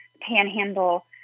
panhandle